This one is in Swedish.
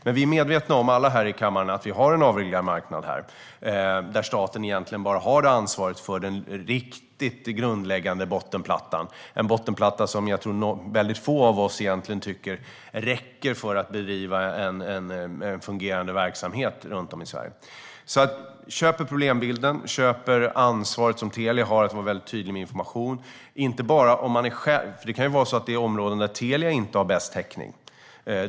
Alla här i kammaren är medvetna om att vi har en avreglerad marknad där staten egentligen bara har ansvaret för den grundläggande bottenplattan, en bottenplatta som jag tror att väldigt få av oss tycker räcker för att bedriva en fungerande verksamhet runt om i Sverige. Jag köper problembilden. Jag köper det ansvar som Telia har för att vara mycket tydlig med information. Det kan också handla om områden där Telia inte har bäst täckning.